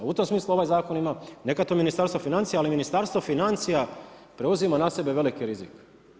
U tom smislu ovaj zakon ima, neka to Ministarstvo financija, ali Ministarstvo financija preuzima na sebe veliki rizi.